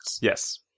Yes